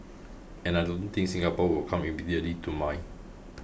and I don't think Singapore will come immediately to mind